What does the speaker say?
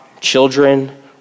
children